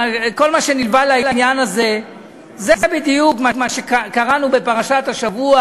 כל מה שנלווה לעניין הזה זה בדיוק מה שקראנו בפרשת השבוע: